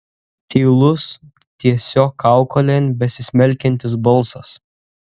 tylus tiesiog kaukolėn besismelkiantis balsas